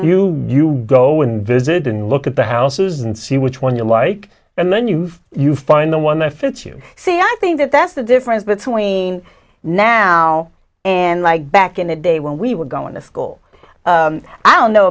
you you go and visit and look at the houses and see which one you like and then you've you find the one that fits you say i think that that's the difference between now and like back in the day when we were going to school i don't know